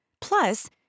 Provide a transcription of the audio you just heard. Plus